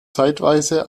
zeitweise